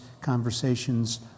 conversations